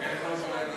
איך לא ידע?